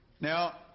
Now